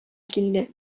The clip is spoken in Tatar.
килде